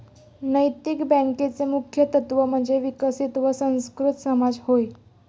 नैतिक बँकेचे मुख्य तत्त्व म्हणजे विकसित व सुसंस्कृत समाज होय